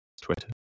Twitter